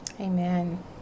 Amen